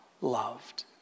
loved